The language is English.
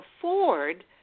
afford